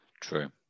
True